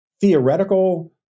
theoretical